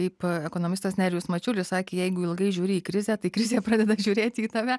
taip ekonomistas nerijus mačiulis sakė jeigu ilgai žiūri į krizę tai krizė pradeda žiūrėti į tave